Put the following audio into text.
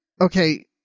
okay